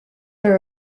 are